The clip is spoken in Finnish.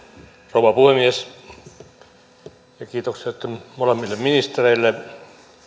rouva puhemies kiitokset molemmille ministereille